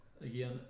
again